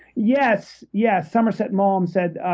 yes, yes, somerset maugham said,